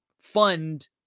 fund